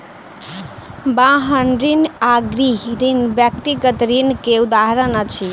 वाहन ऋण आ गृह ऋण व्यक्तिगत ऋण के उदाहरण अछि